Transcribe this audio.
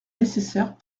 nécessaires